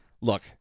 Look